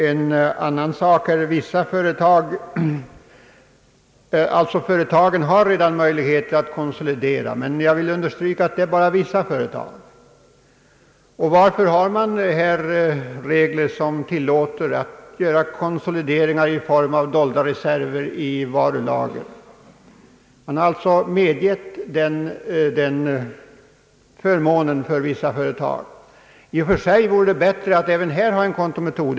En annan sak som jag vill framhålla är, att företagen bör ha möjlighet att konsolidera sig, men jag vill understryka att det nu bara är vissa företag som har denna möjlighet. Varför har man regler som tillåter konsolideringar i form av dolda reserver i varulager? Man har medgett denna förmån för vissa företag. I och för sig vore det bättre att även här ha en kontometod.